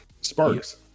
Sparks